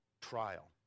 trial